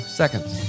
seconds